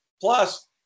Plus